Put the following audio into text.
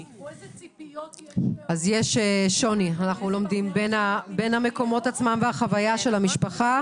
אנחנו לומדים שיש שוני בין המקומות עצמם והחוויה של המשפחה.